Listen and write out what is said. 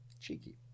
cheeky